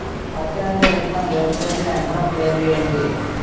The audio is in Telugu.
పత్తి నుండి విత్తనం వేరుచేసే యంత్రం పేరు ఏంటి